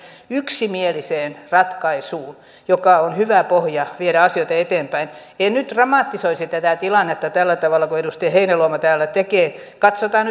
yksimieliseen ratkaisuun joka on hyvä pohja viedä asioita eteenpäin en nyt dramatisoisi tätä tilannetta tällä tavalla kuin edustaja heinäluoma täällä tekee katsotaan